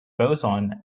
boson